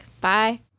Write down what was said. Bye